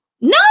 No